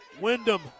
Wyndham